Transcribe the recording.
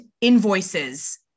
invoices